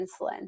insulin